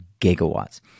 gigawatts